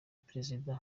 perezida